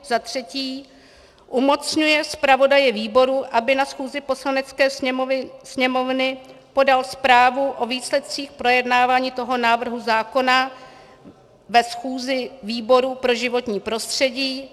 Za třetí zmocňuje zpravodaje výboru, aby na schůzi Poslanecké sněmovny podal zprávu o výsledcích projednávání toho návrhu zákona ve schůzi výboru pro životní prostředí.